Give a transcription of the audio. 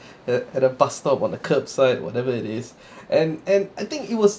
at a bus stop on the curbside whatever it is and and I think it was